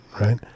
right